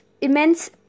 immense